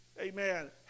Amen